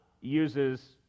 uses